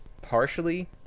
partially